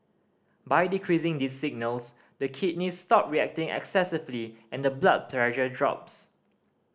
by decreasing these signals the kidneys stop reacting excessively and the blood pressure drops